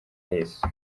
yesu